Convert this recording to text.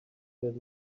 that